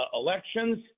elections